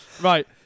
Right